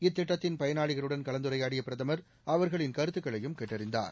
இத்திட்டதின் பயனாளிகளுடன் கலந்துரையாடிய பிரதமர் அவர்களின் கருத்துக்களையும் கேட்டறிந்தார்